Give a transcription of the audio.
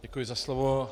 Děkuji za slovo.